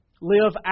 Live